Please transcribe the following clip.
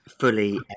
fully